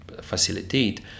facilitate